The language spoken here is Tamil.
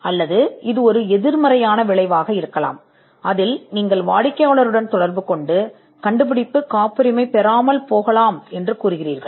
அல்லது இது ஒரு எதிர்மறையான விளைவாக இருக்கலாம் அங்கு நீங்கள் வாடிக்கையாளருடன் தொடர்புகொள்கிறீர்கள் கண்டுபிடிப்பு காப்புரிமை பெறக்கூடாது